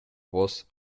was